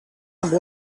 amb